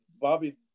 Bobby